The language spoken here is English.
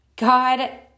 God